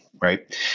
right